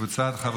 חבר